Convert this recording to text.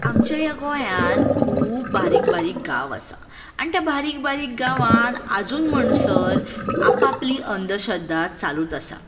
आमच्या ह्या गोंयान खूब बारीक बारीक गांव आसा आनी त्या बारीक बारीक गांवान आजून म्हणसर आपआपली अंधश्रद्धा चालूच आसा